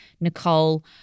Nicole